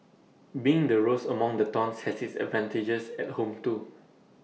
being the rose among the thorns has its advantages at home too